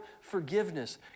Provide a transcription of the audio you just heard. forgiveness